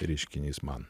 reiškinys man